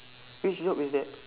which job is that